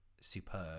superb